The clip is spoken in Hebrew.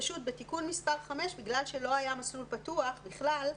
בתיקון מס' 5, בגלל שלא היה מסלול פתוח בכלל,